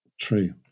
True